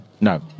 No